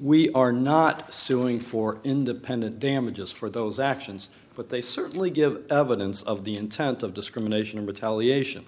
we are not suing for independent damages for those actions but they certainly give evidence of the intent of discrimination and retaliation